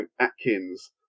Atkins